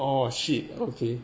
oh shit okay